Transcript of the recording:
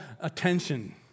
attention